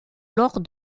lors